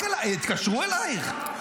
התקשרו אלייך?